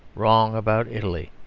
wrong about italy.